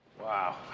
Wow